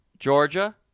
Georgia